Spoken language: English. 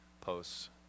posts